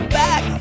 back